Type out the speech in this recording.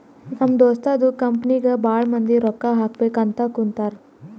ನಮ್ ದೋಸ್ತದು ಕಂಪನಿಗ್ ಭಾಳ ಮಂದಿ ರೊಕ್ಕಾ ಹಾಕಬೇಕ್ ಅಂತ್ ಕುಂತಾರ್